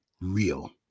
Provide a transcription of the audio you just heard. real